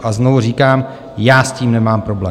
A znovu říkám já s tím nemám problém.